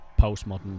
postmodern